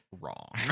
wrong